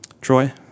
Troy